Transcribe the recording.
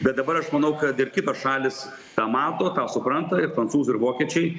bet dabar aš manau kad ir kitos šalys tą mato tą supranta ir prancūzai ir vokiečiai